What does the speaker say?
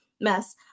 mess